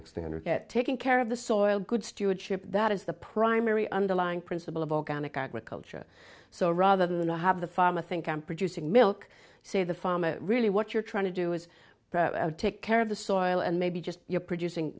standard get taken care of the soil good stewardship that is the primary underlying principle of organic agriculture so rather than to have the farmer think i'm producing milk say the farm really what you're trying to do is take care of the soil and maybe just your producing